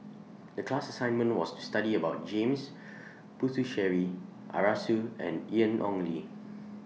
The class assignment was to study about James Puthucheary Arasu and Ian Ong Li